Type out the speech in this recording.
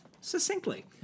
succinctly